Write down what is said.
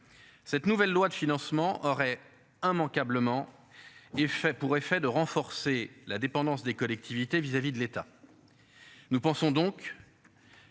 Cette nouvelle loi de financement aurait immanquablement est fait pour effet de renforcer la dépendance des collectivités vis à vis de l'État. Nous pensons donc.